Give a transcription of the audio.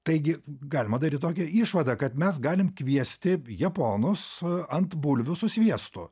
taigi galima daryt tokią išvadą kad mes galim kviesti japonus ant bulvių su sviestu